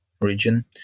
region